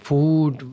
Food